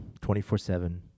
24-7